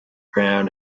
brown